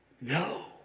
No